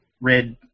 red